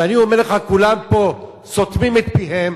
שאני אומר לך, כולם פה סותמים את פיהם.